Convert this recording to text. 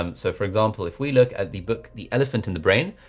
um so for example, if we look at the book, the elephant in the brain,